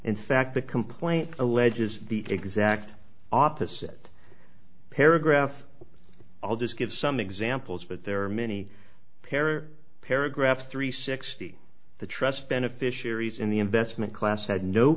in fact the complaint alleges the exact opposite paragraph i'll just give some examples but there are many pair paragraphs three hundred and sixty the trust beneficiaries in the investment class had no